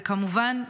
וכמובן,